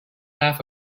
laugh